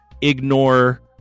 ignore